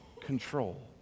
control